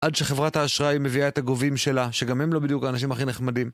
עד שחברת האשראי מביאה את הגובים שלה, שגם הם לא בדיוק האנשים הכי נחמדים.